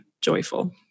joyful